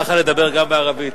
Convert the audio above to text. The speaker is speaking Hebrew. מותר לך לדבר גם בערבית.